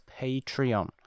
patreon